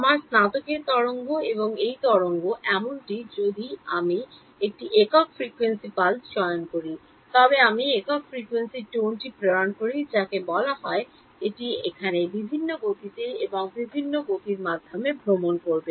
আমার স্নাতকের তরঙ্গ এবং এই তরঙ্গ এমনকি আমি যদি একটি একক ফ্রিকোয়েন্সি পালস চয়ন করি তবে আমি একক ফ্রিকোয়েন্সি টোনটি প্রেরণ করি যাকে বলা হয় এটি এখানে বিভিন্ন গতিতে এবং এখানে বিভিন্ন গতিতে ভ্রমণ করবে